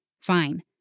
Fine